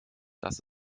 dass